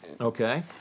Okay